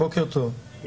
בוקר טוב.